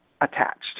attached